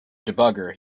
debugger